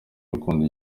urukundo